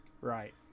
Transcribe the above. Right